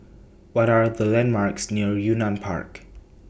What Are The landmarks near Yunnan Park